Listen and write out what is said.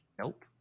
nope